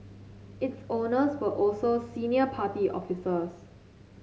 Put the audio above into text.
its owners were also senior party officers